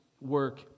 work